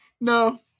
no